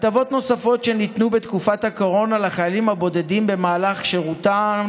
הטבות נוספות שניתנו בתקופת הקורונה לחיילים הבודדים במהלך שירותם